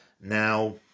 Now